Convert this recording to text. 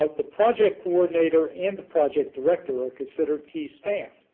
ah the project coordinator and the project director are considered key staff,